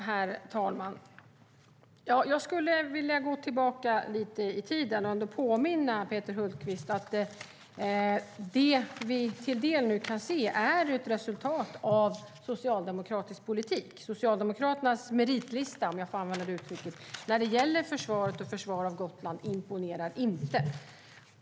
Herr talman! Jag skulle vilja gå tillbaka lite i tiden och påminna Peter Hultqvist om att det vi nu delvis kan se är ett resultat av socialdemokratisk politik. Socialdemokraternas meritlista - om jag får använda det uttrycket - när det gäller försvaret och försvar av Gotland imponerar inte.